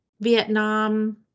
Vietnam